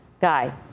Guy